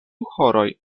horoj